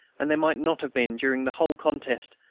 and there might not have been, during the whole contest,